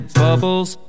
bubbles